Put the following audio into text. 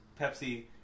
Pepsi